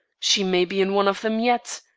she may be in one of them yet.